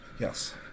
yes